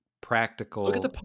practical